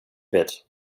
bid